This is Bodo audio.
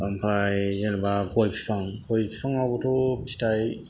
ओमफाय जेनेबा गय बिफां गय बिफांआबोथ' फिथाय